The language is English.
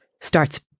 starts